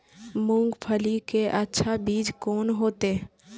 मूंगफली के अच्छा बीज कोन होते?